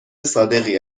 صادقی